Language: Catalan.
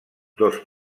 dos